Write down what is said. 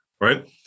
Right